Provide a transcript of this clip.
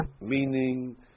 Meaning